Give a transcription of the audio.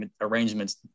arrangements